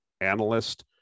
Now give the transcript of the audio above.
analyst